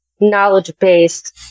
knowledge-based